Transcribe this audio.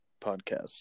podcast